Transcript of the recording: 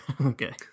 Okay